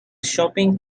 shopping